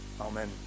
amen